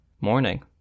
Morning